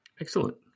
Excellent